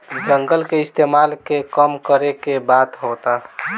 जंगल के इस्तेमाल के कम करे के बात होता